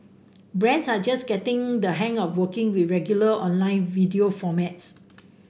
brands are just getting the hang of working with regular online video formats